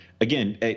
again